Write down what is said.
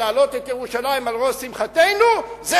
שלהעלות את ירושלים על ראש שמחתנו זה